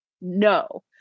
no